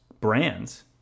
brands